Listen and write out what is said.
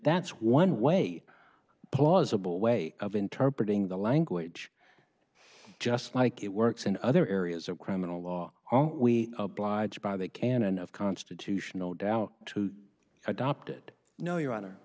's one way plausible way of inter breeding the language just like it works in other areas of criminal law are we obliged by the canon of constitutional doubt to adopted no your honor